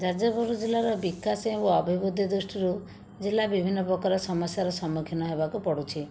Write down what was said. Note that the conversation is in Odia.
ଯାଜପୁର ଜିଲ୍ଲାର ବିକାଶ ଏବଂ ଅଭିବୃଦ୍ଧି ଦୃଷ୍ଟିରୁ ଜିଲ୍ଲା ବିଭିନ୍ନ ପ୍ରକାର ସମସ୍ୟାର ସମ୍ମୁଖୀନ ହେବାକୁ ପଡ଼ୁଛି